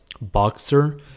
boxer